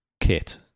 kit